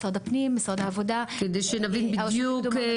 משרד הפנים ומשרד העבודה -- כדי שנבין בדיוק.